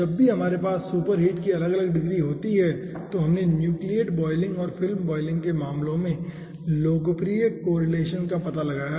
जब भी हमारे पास सुपर हीट की अलग अलग डिग्री होती है तो हमने न्यूक्लियेट बॉयलिंग और फिल्म बॉयलिंग के मामलो में लोकप्रिय कोरिलेसन का पता लगाया है